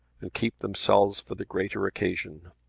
and keep themselves for the greater occasion.